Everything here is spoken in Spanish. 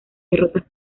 derrotas